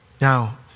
Now